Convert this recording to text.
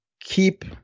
keep